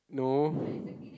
no